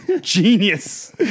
Genius